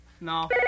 no